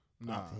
Nah